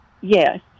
yes